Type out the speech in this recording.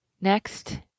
Next